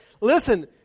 listen